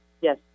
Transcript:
yes